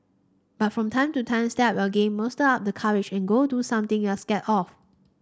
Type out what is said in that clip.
but from time to time step up your game muster up the courage and go do something you're scared of